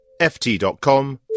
ft.com